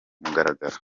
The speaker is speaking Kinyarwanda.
mugaragaro